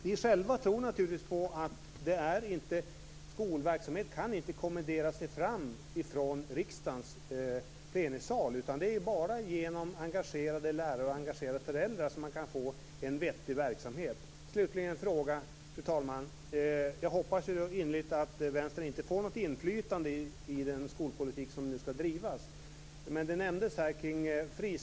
Vi själva tror inte att skolverksamhet kan kommenderas fram från riksdagens plenisal. Det är bara med hjälp av engagerade lärare och föräldrar som det går att få en vettig verksamhet. Fru talman! Jag hoppas innerligt att Vänstern inte får något inflytande på den skolpolitik som skall drivas.